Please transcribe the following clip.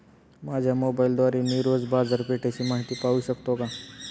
माझ्या मोबाइलद्वारे मी रोज बाजारपेठेची माहिती पाहू शकतो का?